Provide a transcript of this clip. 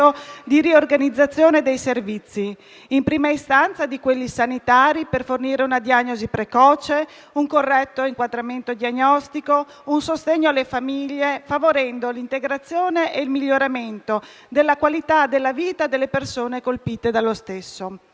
di riorganizzazione dei servizi, in prima istanza di quelli sanitari, per fornire una diagnosi precoce, un corretto inquadramento diagnostico e un sostegno alle famiglie, favorendo l'integrazione e il miglioramento della qualità della vita delle persone colpite. Conoscere